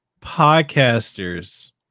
podcasters